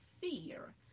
fear